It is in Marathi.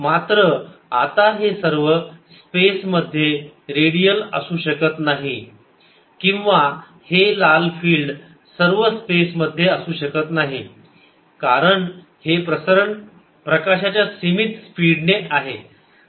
मात्र आता हे सर्व स्पेसमध्ये रेडियल असू शकत नाही किंवा हे लाल फिल्ड सर्व स्पेसमध्ये असू शकत नाही कारण हे प्रसरण प्रकाशाच्या सीमित स्पीडने आहे